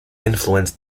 influenced